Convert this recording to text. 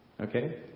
Okay